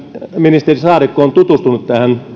ministeri saarikko on tutustunut